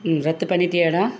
ம் ரத்து பண்ணிட்டியாடா